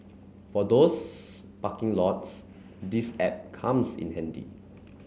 for those parking lots this app comes in handy